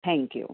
thank you